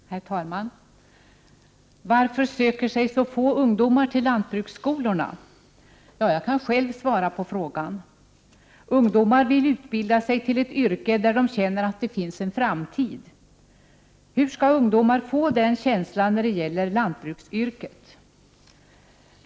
Herr talman! Varför söker sig så få ungdomar till lantbruksskolorna? Jag kan själv svara på frågan. Ungdomar vill utbilda sig till ett yrke där de känner att det finns en framtid. Hur skall ungdomar få den känslan när det gäller lantbruksyrket?